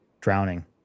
drowning